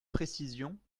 précisions